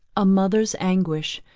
a mother's anguish,